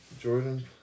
Jordan